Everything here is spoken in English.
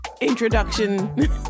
introduction